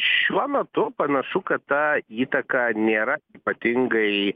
šiuo metu panašu kad ta įtaka nėra ypatingai